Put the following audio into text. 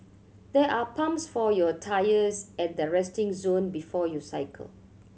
there are pumps for your tyres at the resting zone before you cycle